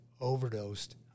overdosed